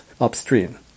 upstream